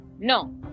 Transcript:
no